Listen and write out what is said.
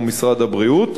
כמו משרד הבריאות,